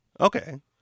Okay